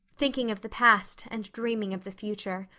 thinking of the past and dreaming of the future.